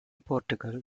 portugal